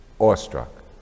awestruck